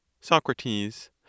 Socrates